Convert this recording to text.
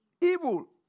Evil